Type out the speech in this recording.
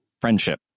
Friendship